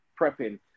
prepping